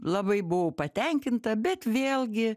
labai buvau patenkinta bet vėlgi